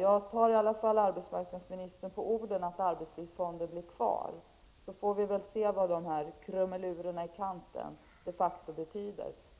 Jag tar i alla fall arbetsmarknadsministern på orden då han säger att arbetslivsfonden blir kvar.